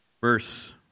verse